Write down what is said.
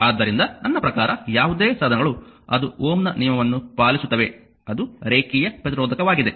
ಆದ್ದರಿಂದ ನನ್ನ ಪ್ರಕಾರ ಯಾವುದೇ ಸಾಧನಗಳು ಅದು Ω ನ ನಿಯಮವನ್ನು ಪಾಲಿಸುತ್ತವೆ ಅದು ರೇಖೀಯ ಪ್ರತಿರೋಧಕವಾಗಿದೆ